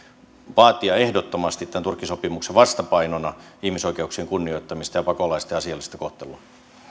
vaatia ehdottomasti tämän turkin sopimuksen vastapainona ihmisoikeuksien kunnioittamista ja pakolaisten asiallista kohtelua